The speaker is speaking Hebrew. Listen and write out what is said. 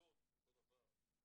אשדוד אותו דבר.